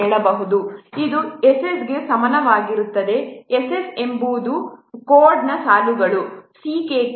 ಇದು S s ಗೆ ಸಮನಾಗಿರುತ್ತದೆ S s ಎಂಬುದು ಕೋಡ್ನ ಸಾಲುಗಳು C k K13 ಆಗಿದೆ